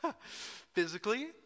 physically